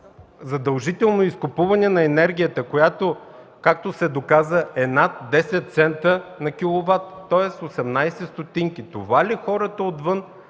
задължително изкупуване на енергията, която, както се доказа, е над 10 цента на киловат, тоест 18 стотинки. Това ли искат хората отвън?